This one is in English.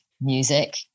music